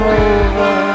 over